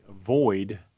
avoid